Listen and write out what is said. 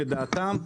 את דעתם,